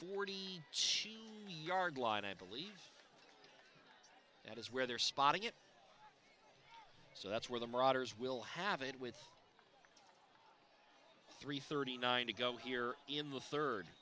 forty she yard line i believe that is where they're spotting it so that's where the marauders will have it with three thirty nine to go here in the third